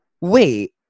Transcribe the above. wait